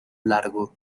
largo